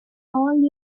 all